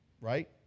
right